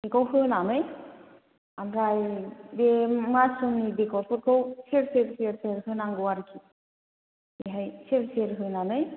बेखौ होनानै आमफ्राय बे मासरुमनि बेगरफोरखौ सेर सेर सेर सेर होनांगौ आरोखि बेहाय सेर सेर होनानै